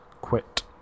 quit